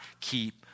keep